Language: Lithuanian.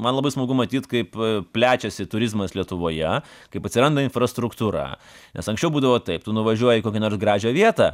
man labai smagu matyt kaip plečiasi turizmas lietuvoje kaip atsiranda infrastruktūra nes anksčiau būdavo taip tu nuvažiuoji į kokią nors gražią vietą